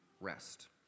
rest